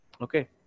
okay